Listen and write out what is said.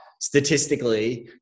statistically